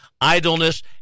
idleness